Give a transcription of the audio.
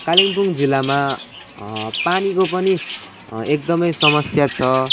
कालिम्पोङ जिल्लामा पानीको पनि एकदमै समस्या छ